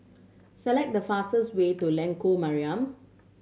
select the fastest way to Lengkok Mariam